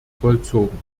vollzogen